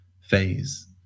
phase